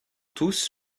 tous